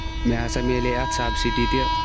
مےٚ ہسا مِلے اَتھ سبسڈی تہِ